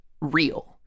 real